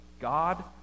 God